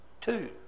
two